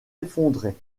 effondrée